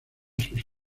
sus